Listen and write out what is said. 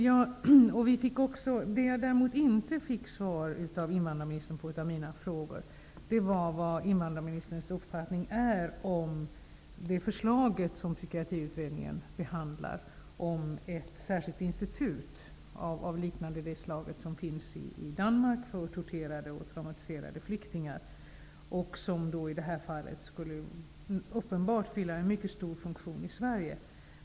Jag fick däremot inte besked om invandrarministerns uppfattning om det förslag som Psykiatriutredningen behandlar om ett särskilt institut liknande det som finns i Danmark för torterade och traumatiserade flyktingar. Ett sådant skulle uppenbart fylla en mycket stor funktion i Sverige.